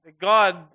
God